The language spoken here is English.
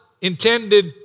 intended